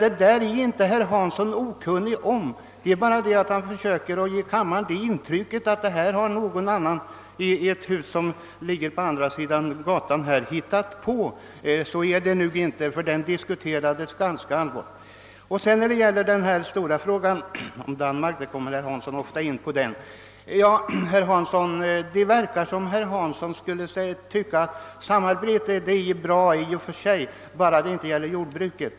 Detta är herr Hansson inte okunnig om. Han försöker bara ge kammaren intrycket att detta har någon i ett hus på andra sidan gatan hittat på. Herr Hansson kommer ofta in på frågan om Danmarks roll i detta sammanhang. Det verkar som om herr Hansson skulle tycka att samarbete är bra i och för sig — bara det inte gäller jordbruket.